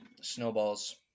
snowballs